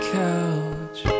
couch